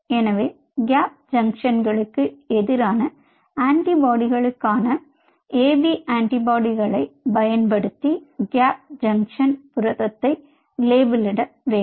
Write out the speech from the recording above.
எனவே கேப் ஜங்ஷன்களுக்கு எதிரான ஆன்டிபாடிகளுக்கான ஏபி ஆன்டிபாடிகளைப் பயன்படுத்தி கேப் ஜங்ஷன் புரதத்தை லேபிளிட வேண்டும்